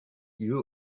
you